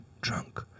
drunk